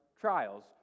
trials